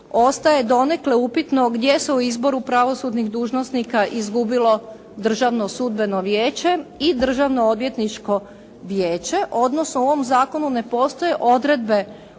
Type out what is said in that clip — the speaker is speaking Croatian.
Ostaje donekle upitno gdje se u izboru pravosudnih dužnosnika izgubilo Državno sudbeno vijeće i Državno odvjetničko vijeće, odnosno u ovom zakonu ne postoje odredbe